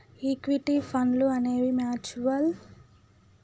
equity ఫండ్లు అనేవి mutual ఫండ్లలో ఎక్కువ ప్రభావం చుపించేవిగా ఉన్నయ్యి